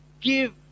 Give